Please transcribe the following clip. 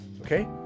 Okay